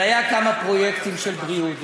אבל היו כמה פרויקטים של בריאות,